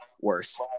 worse